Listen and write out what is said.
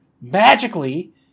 magically